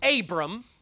Abram